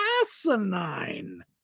asinine